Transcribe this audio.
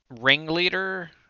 Ringleader